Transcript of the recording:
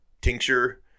tincture